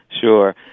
Sure